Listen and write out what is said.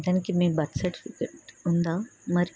దానికి మీ birth certificate ఉందా మరి